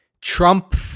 Trump